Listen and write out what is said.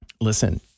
Listen